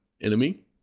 enemy